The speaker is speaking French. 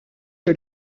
que